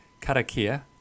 Karakia